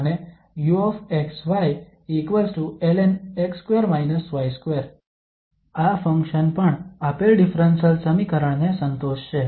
અને uxyln આ function પણ આપેલ ડિફરન્સલ સમીકરણ ને સંતોષશે